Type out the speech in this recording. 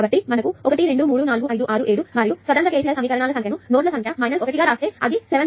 కాబట్టి మనకు 1 2 3 4 5 6 7 మరియు స్వతంత్ర KCL సమీకరణాల సంఖ్య ను నోడ్ల సంఖ్య 1 గా వ్రాస్తే అది 7 1 6 అవుతుంది